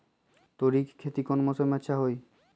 तोड़ी के खेती कौन मौसम में अच्छा होई?